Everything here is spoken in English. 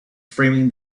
framing